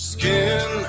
Skin